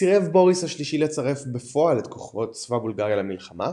סירב בוריס השלישי לצרף בפועל את כוחות צבא בולגריה ללחימה,